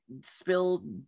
spill